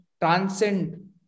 transcend